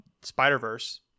Spider-Verse